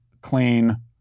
clean